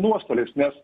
nuostoliais nes